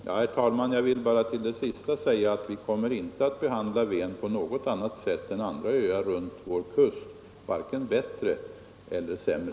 Herr talman! Jag vill bara till sist säga att vi kommer inte att behandla Ven på något annat sätt än andra öar runt vår kust, vare sig bättre eller sämre.